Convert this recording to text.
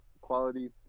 quality